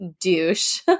douche